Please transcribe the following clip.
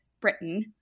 Britain